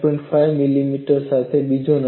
5 millimetre સાથેનો બીજો નમૂનો